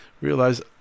realize